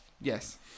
Yes